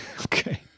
Okay